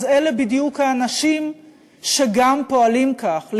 אלה בדיוק האנשים שגם פועלים כך,